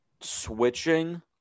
switching